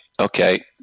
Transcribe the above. okay